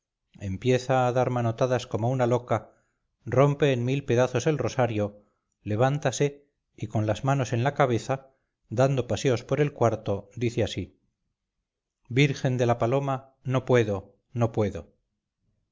empieza a dar manotadas como una loca rompe en mil pedazos el rosario levántase y con las manos en la cabeza dando paseos por el cuarto dice así virgen de la paloma no puedo no puedo